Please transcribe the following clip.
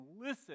listen